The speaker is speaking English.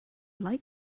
like